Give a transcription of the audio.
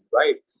right